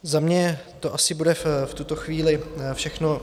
Za mě to asi bude v tuto chvíli všechno.